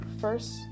first